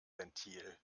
ventil